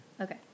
Okay